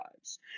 lives